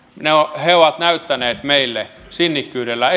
he ovat he ovat näyttäneet meille sinnikkyydellä